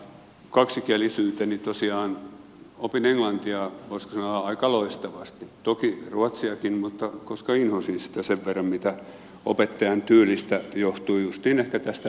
tosiaan opin englantia voisiko sanoa aika loistavasti toki ruotsiakin mutta inhosin sitä sen verran johtui opettajan tyylistä ja justiin ehkä tästä väkinäisyydestä